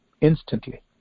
instantly